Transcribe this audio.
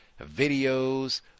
videos